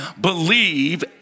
believe